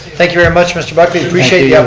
thank you very much mr. buckley. appreciate yeah